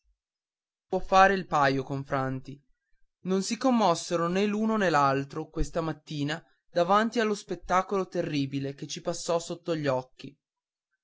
nobis può fare il paio con franti non si commossero né l'uno né l'altro questa mattina davanti allo spettacolo terribile che ci passò sotto gli occhi